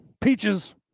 peaches